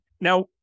Now